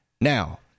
Now